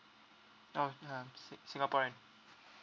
oh uh sing~ singaporean